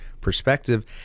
perspective